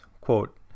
quote